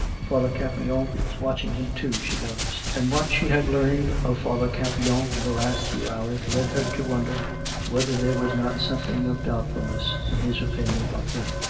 father campion was watching him, too, she noticed and, what she had learned of father campion in the last few hours led her to wonder whether there was not something of doubtfulness in his opinion of him.